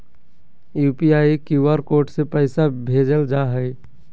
UPI, QR code से पैसा भेजल जा हइ